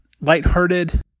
lighthearted